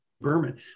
Berman